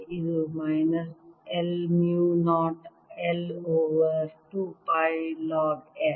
ಇದು minus l mu 0 I over 2 pi log s